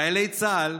חיילי צה"ל,